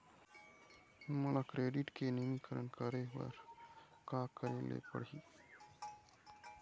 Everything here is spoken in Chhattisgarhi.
मोला क्रेडिट के नवीनीकरण करे बर का करे ले पड़ही?